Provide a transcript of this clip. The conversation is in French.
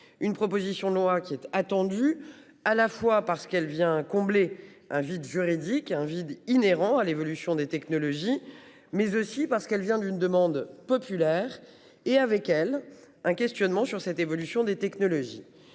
une proposition de loi qui attendu à la fois parce qu'elle vient combler un vide juridique. Un vide inhérent à l'évolution des technologies, mais aussi parce qu'elle vient d'une demande populaire et avec elle un questionnement sur cette évolution des technologies